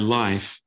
life